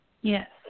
Yes